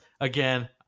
Again